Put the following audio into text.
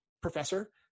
professor